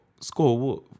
score